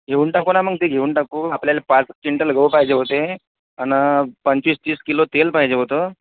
घेऊन टाकू ना मग ते घेऊन टाकू आपल्याला पाच क्विंटल गहू पाहिजे होते आणि पंचवीस तीस किलो तेल पाहिजे होतं